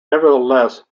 nevertheless